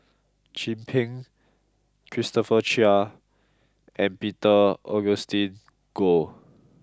Chin Peng Christopher Chia and Peter Augustine Goh